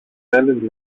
θέλεις